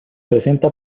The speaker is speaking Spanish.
presenta